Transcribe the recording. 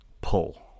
pull